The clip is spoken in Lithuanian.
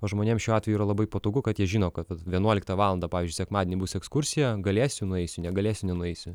o žmonėm šiuo atveju yra labai patogu kad jie žino kad vienuoliktą valandą pavyzdžiui sekmadienį bus ekskursija galėsiu nueisiu negalėsiu nenueisiu